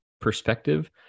perspective